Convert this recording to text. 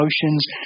emotions